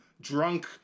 drunk